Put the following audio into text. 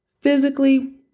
physically